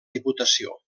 diputació